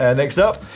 and next up.